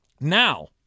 now